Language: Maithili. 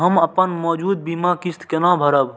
हम अपन मौजूद बीमा किस्त केना भरब?